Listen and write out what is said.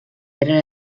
era